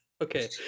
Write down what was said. okay